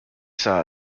saw